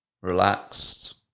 relaxed